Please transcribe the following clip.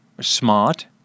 smart